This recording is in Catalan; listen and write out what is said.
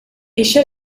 eixa